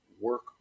work